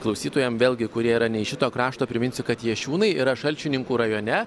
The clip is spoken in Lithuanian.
klausytojam vėlgi kurie yra ne iš šito krašto priminsiu kad jašiūnai yra šalčininkų rajone